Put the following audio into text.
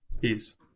Peace